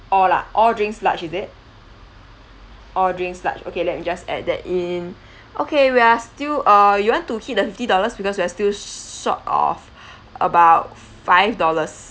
all ah all drinks large is it all drinks large okay let me just add that in okay we are still err you want to hit the fifty dollars because we are still short of about five dollars